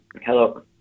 hello